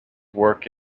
work